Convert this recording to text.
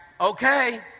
Okay